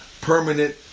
permanent